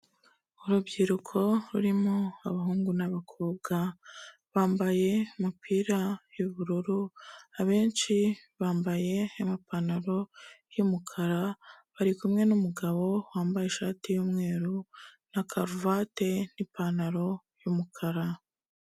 Urubyiruko rurimo abahungu n'abakobwa bambaye umupira y'ubururu abenshi bambaye amapantaro y'umukara bariku n'umugabo wambaye ishati y'umweru, na karuvati n'ipantaro y'umukara.